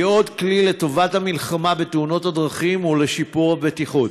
היא עוד כלי לטובת המלחמה בתאונות הדרכים ולשיפור הבטיחות.